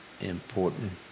important